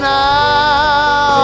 now